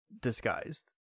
disguised